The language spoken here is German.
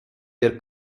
der